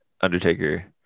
Undertaker